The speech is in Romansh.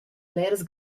bleras